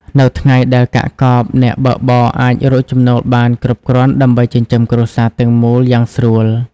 នៅថ្ងៃដែលកាក់កប អ្នកបើកបរអាចរកចំណូលបានគ្រប់គ្រាន់ដើម្បីចិញ្ចឹមគ្រួសារទាំងមូលយ៉ាងស្រួល។